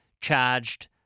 charged